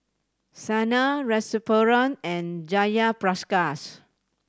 Sanal Rasipuram and Jayaprakash